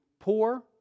poor